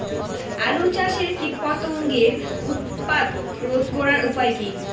আলু চাষের কীটপতঙ্গের উৎপাত রোধ করার উপায় কী?